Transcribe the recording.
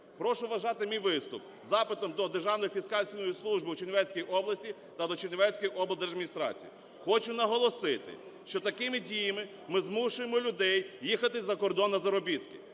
Прошу вважати мій виступ запитом до Державної фіскальної служби у Чернівецькій області та до Чернівецької облдержадміністрації. Хочу наголосити, що такими діями ми змушуємо людей їхати за кордон на заробітки.